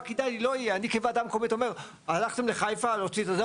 אני כוועדה מקומית אומר הלכתם לחיפה להוציא את זה,